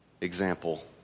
example